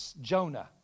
Jonah